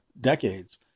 decades